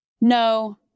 No